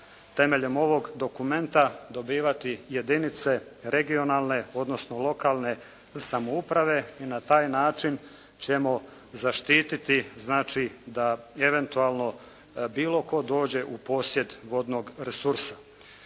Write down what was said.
temeljem ovog dokumenta dobivati jedinice regionalne odnosno lokalne samouprave i na taj način ćemo zaštititi znači da eventualno bilo tko dođe u posjed vodnog resursa.